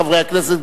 חברי הכנסת,